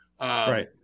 Right